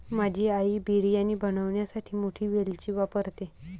माझी आई बिर्याणी बनवण्यासाठी मोठी वेलची वापरते